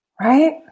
right